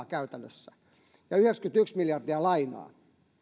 käytännössä suoraa lahjarahaa ja yhdeksänkymmentäyksi miljardia lainaa